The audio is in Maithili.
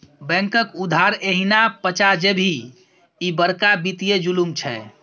बैंकक उधार एहिना पचा जेभी, ई बड़का वित्तीय जुलुम छै